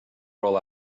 roll